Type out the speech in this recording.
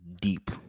deep